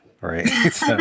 right